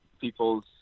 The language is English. people's